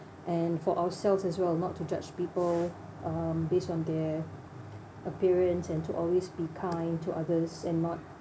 and for ourselves as well not to judge people um based on their appearance and to always be kind to others and not